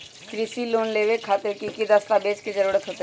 कृषि लोन लेबे खातिर की की दस्तावेज के जरूरत होतई?